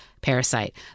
Parasite